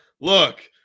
look